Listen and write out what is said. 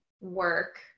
work